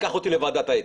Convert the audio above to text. קח אותי לוועדת האתיקה,